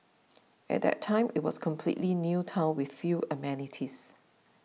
at that time it was a completely new town with few amenities